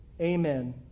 amen